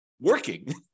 working